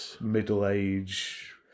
middle-age